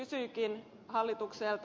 kysynkin hallitukselta